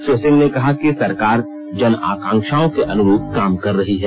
श्री सिंह ने कहा कि सरकार जनआकांक्षाओं के अनुरूप काम कर रही है